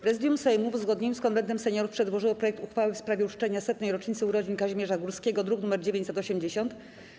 Prezydium Sejmu, w uzgodnieniu z Konwentem Seniorów, przedłożyło projekt uchwały w sprawie uczczenia 100. rocznicy urodzin Kazimierza Górskiego, druk nr 980.